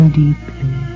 deeply